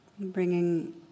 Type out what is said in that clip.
bringing